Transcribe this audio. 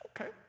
okay